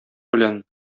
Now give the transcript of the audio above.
белән